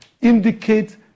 indicate